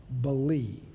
believe